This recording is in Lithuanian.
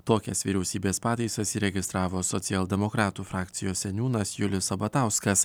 tokias vyriausybės pataisas įregistravo socialdemokratų frakcijos seniūnas julius sabatauskas